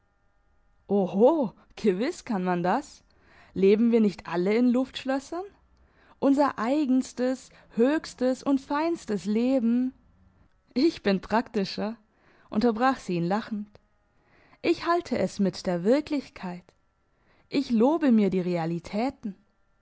gewiss kann man das leben wir nicht alle in luftschlössern unser eigenstes höchstes und feinstes leben ich bin praktischer unterbrach sie ihn lachend ich halte es mit der wirklichkeit ich lobe mir die realitäten